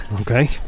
Okay